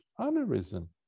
unarisen